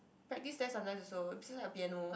practice there sometimes also cause got piano